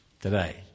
today